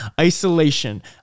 Isolation